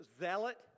zealot